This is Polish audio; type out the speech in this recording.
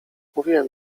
mówiłem